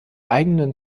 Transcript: eigenen